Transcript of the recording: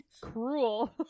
cruel